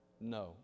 No